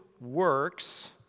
works